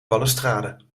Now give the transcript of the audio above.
balustrade